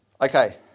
Okay